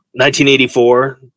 1984